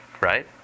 right